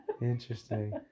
Interesting